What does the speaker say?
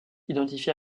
identifiés